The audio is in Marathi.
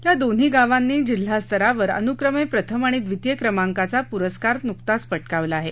या दोन्ही गावांनी जिल्हास्तरावर अनुक्रमे प्रथम आणि द्वितीय क्रमांकाचा पुरस्कार प क्रिावला आहे